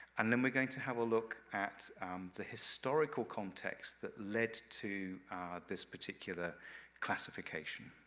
and then we're going to have a look at the historical context that led to this particular classification.